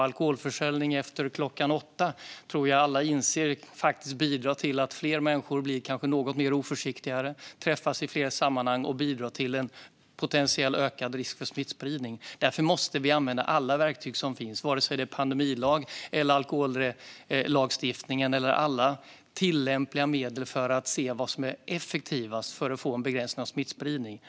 Alkoholförsäljning efter klockan 20 tror jag alla inser faktiskt bidrar till att fler människor kanske blir något mer oförsiktiga, träffas i fler sammanhang och bidrar till en potentiellt ökad risk för smittspridning. Därför måste vi använda alla verktyg som finns, vare sig det är pandemilag eller alkohollagstiftning eller andra tillämpliga medel, för att se vad som är effektivast för att få en begränsning av smittspridningen.